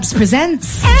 presents